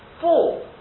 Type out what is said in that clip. Four